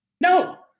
no